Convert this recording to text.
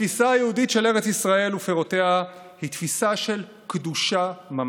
התפיסה היהודית של ארץ ישראל ופירותיה היא תפיסה של קדושה ממש: